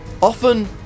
often